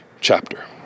chapter